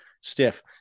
stiff